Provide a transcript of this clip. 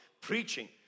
preaching